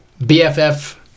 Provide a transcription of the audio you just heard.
BFF